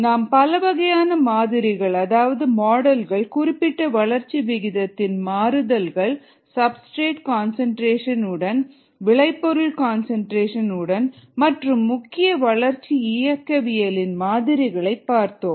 நாம் பலவகையான மாதிரிகள் அதாவது மாடல்கள் குறிப்பிட்ட வளர்ச்சி விகிதத்தின் மாறுதல்கள் சப்ஸ்டிரேட் கன்சன்ட்ரேஷன் உடன் விளைபொருள் கன்சன்ட்ரேஷன் உடன் மற்றும் முக்கியமாக வளர்ச்சி இயக்கவியலின் மாதிரிகளை பார்த்தோம்